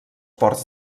ports